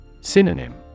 Synonym